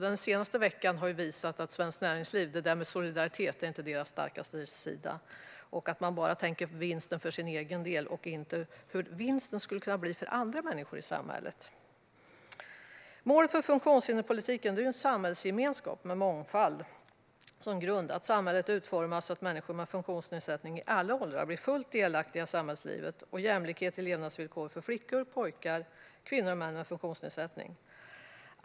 Den senaste veckan har ju visat att solidaritet inte är Svenskt Näringslivs starkaste sida och att man bara tänker på vinsten för egen del, inte vad vinsten skulle kunna bli för andra människor i samhället. Målen för funktionshinderspolitiken är en samhällsgemenskap med mångfald som grund, att samhället utformas så att människor med funktionsnedsättning i alla åldrar blir fullt delaktiga i samhällslivet samt jämlikhet i levnadsvillkor för flickor, pojkar, kvinnor och män med funktionsnedsättning.